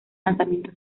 lanzamiento